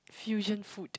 fusion food